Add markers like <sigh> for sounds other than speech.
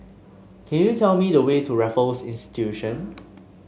can you tell me the way to Raffles <unintelligible>